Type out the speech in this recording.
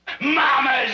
Mama's